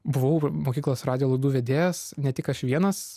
buvau mokyklos radijo laidų vedėjas ne tik aš vienas